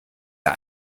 der